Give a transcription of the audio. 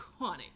Iconic